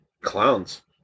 clowns